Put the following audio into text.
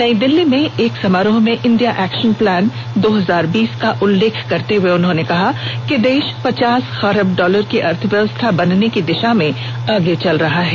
नई दिल्ली में एक समारोह में इंडिया एक्शन प्लान दो हजार बीस का उल्लेख करते हुए उन्होंने कहा कि देश पचास खरब डॉलर की अर्थव्यवस्था बनने की दिशा में आगे चल चुका है